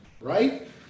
right